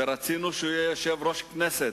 ורצינו שיהיה יושב-ראש הכנסת,